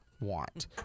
want